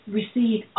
receive